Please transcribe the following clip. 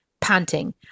panting